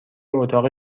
اتاق